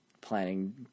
planning